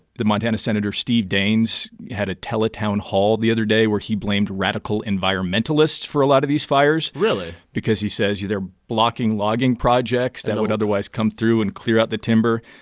the montana senator steve daines had a tele-town hall the other day where he blamed radical environmentalists for a lot of these fires really? because he says they're blocking logging projects that would otherwise come through and clear out the timber.